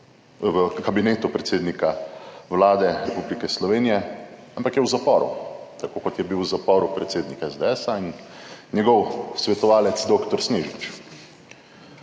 v kabinetu predsednika Vlade Republike Slovenije, ampak je v zaporu, tako kot je bil v zaporu predsednik SDS in njegov svetovalec dr. Snežič.